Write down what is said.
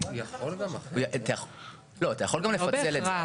אתה יכול גם לפצל את זה,